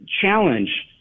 challenge